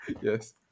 Yes